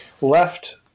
left